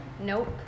Nope